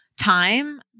time